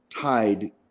tied